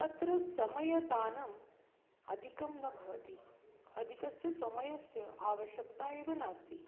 तत्र समयदानम् अधिकं न भवति अधिकस्य समयस्य आवश्यकता एव नास्ति